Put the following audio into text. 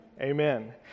Amen